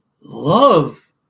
love